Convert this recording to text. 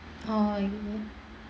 oh